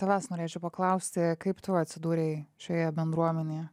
tavęs norėčiau paklausti kaip tu atsidūrei šioje bendruomenėje